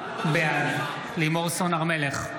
בעד לימור סון הר מלך,